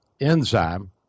enzyme